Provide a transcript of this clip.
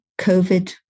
COVID